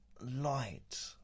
light